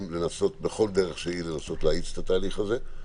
בכל דרך שהיא לנסות להאיץ את התהליך הזה,